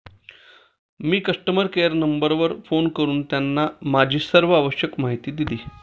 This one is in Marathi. मी कस्टमर केअर नंबरवर फोन करून त्यांना माझी सर्व आवश्यक माहिती दिली